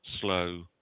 slow